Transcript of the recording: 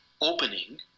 opening